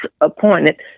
appointed